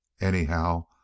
Anyhow